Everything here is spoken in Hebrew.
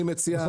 אני מציע,